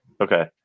Okay